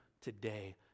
today